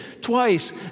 twice